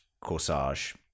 corsage